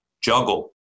juggle